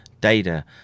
data